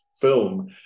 film